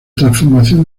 transformación